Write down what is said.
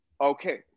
Okay